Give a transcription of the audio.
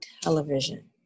television